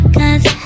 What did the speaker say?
cause